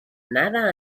nada